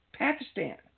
Pakistan